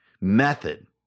method